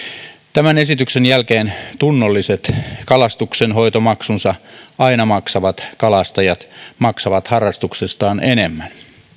tämän esityksen jälkeen tunnolliset kalastuksenhoitomaksunsa aina maksavat kalastajat maksavat harrastuksestaan enemmän